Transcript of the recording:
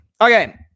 Okay